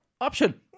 option